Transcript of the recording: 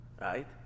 Right